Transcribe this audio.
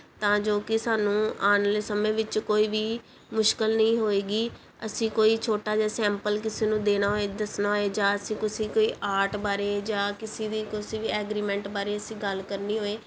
ਤਾਂ ਜੋ ਕਿ ਸਾਨੂੰ ਆਉਣ ਵਾਲੇ ਸਮੇਂ ਵਿੱਚ ਕੋਈ ਵੀ ਮੁਸ਼ਕਿਲ ਨਹੀਂ ਹੋਏਗੀ ਅਸੀਂ ਕੋਈ ਛੋਟਾ ਜਿਹਾ ਸੈਂਪਲ ਕਿਸੇ ਨੂੰ ਦੇਣਾ ਹੋਵੇ ਦੱਸਣਾ ਹੋਵੇ ਜਾਂ ਅਸੀਂ ਤੁਸੀਂ ਕੋਈ ਆਰਟ ਬਾਰੇ ਜਾਂ ਕਿਸੇ ਦੀ ਕਿਸੀ ਵੀ ਐਗਰੀਮੈਂਟ ਬਾਰੇ ਅਸੀਂ ਗੱਲ ਕਰਨੀ ਹੋਏ